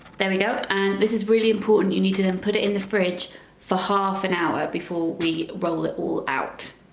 there we go, and this is really important you need to then put it in the fridge for half an hour before we roll it all out.